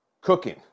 cooking